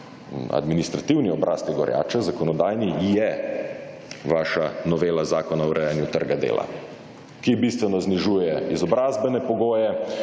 Administrativni obraz te gorjače, zakonodajni je vaša novela zakona o urejanju trga dela. Ki bistveno znižuje izobrazbene pogoje,